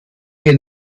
wir